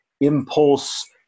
impulse